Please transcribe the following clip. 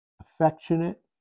affectionate